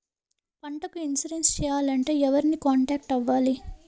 పంటకు ఇన్సురెన్స్ చేయాలంటే ఎవరిని కాంటాక్ట్ అవ్వాలి?